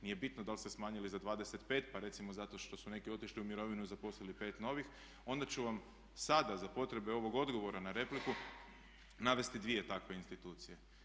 Nije bitno da li ste smanjili za 25, pa recimo zato što su neki otišli u mirovinu i zaposlili 5 novih, onda ću vam sada za potrebe ovog odgovora na repliku navesti dvije takve institucije.